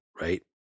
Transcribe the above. right